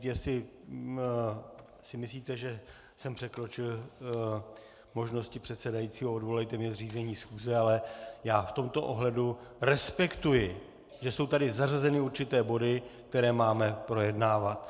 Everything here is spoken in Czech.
Jestli si myslíte, že jsem překročil možnosti předsedajícího, odvolejte mě z řízení schůze, ale já v tomto ohledu respektuji, že jsou tady zařazeny určité body, které máme projednávat.